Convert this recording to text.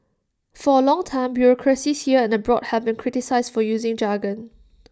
for A long time bureaucracies here and abroad have been criticised for using jargon